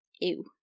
ew